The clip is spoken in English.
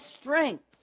strength